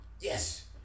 Yes